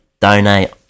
donate